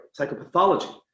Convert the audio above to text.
psychopathology